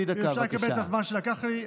אם אפשר לקבל את הזמן שלקחת לי,